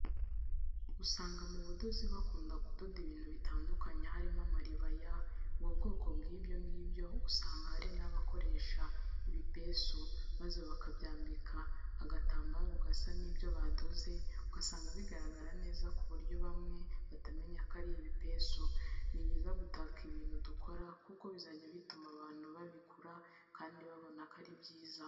Usanga mu budozi bakunda kudoda ibintu bitandukanye harimo amaribaya, ubwo bwoko bw'ibyo ngibyo usanga hari aho bakoresha ibipesu maze bakabyambika agatambaro gasa n'ibyo badoze, usanga bigaragara neza ku buryo bamwe batamenya ko ari igipesu, ni byiza gutaka ibintu dukora kuko bizajya bituma abantu babigura kandi babona ko ari byiza.